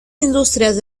industrias